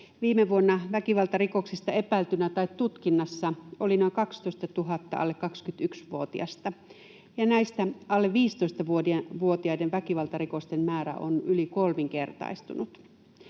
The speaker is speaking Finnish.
Viime vuonna väkivaltarikoksesta epäiltynä tai tutkinnassa oli noin 12 000 alle 21-vuotiasta, ja näistä alle 15-vuotiaiden väkivaltarikosten määrä on yli kolminkertaistunut.